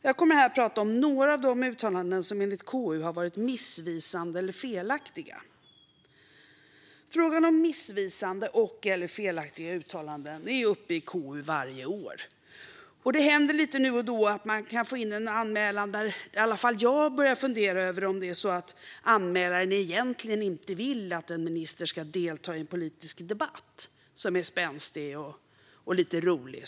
Jag kommer här att tala om några av de uttalanden som enligt KU har varit missvisande eller felaktiga. Frågan om missvisande och/eller felaktiga uttalanden är varje år uppe i KU. Det händer lite nu och då att vi får in en anmälan där i alla fall jag börjar fundera över om anmälaren egentligen inte vill att en minister ska delta i en politisk debatt som är spänstig och lite rolig.